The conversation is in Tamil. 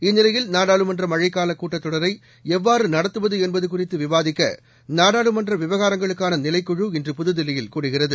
இந்நிலையில் நாடாளுமன்ற மழைக்கால கூட்டத் தொடரை எவ்வாறு நடத்துவது என்பது குறித்து விவாதிக்க நாடாளுமன்ற விவகாரங்களுக்கான நிலைக்குழு இன்று புதுதில்லியில் கூடுகிறது